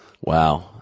Wow